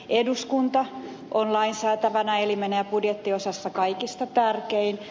eduskunta on lainsäätävänä elimenä ja budjettiosassa kaikista tärkein